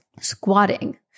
squatting